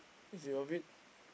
is it a bit